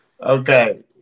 Okay